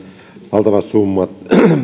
kerätään valtavat summat